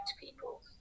people